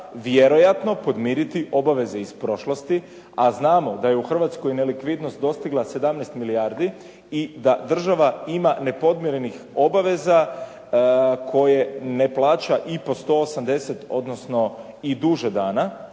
vjerojatno podmiriti obaveze iz prošlosti, a znamo da je u Hrvatskoj nelikvidnost dostigla 17 milijardi i da država ima nepodmirenih obveza koje ne plaća i po 180, odnosno i duže dana.